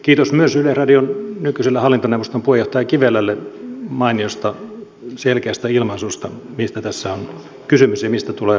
kiitos myös yleisradion nykyiselle hallintoneuvoston puheenjohtaja kivelälle mainiosta selkeästä ilmaisusta sen suhteen mistä tässä on kysymys ja mistä tulee pitää kiinni